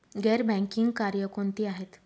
गैर बँकिंग कार्य कोणती आहेत?